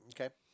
Okay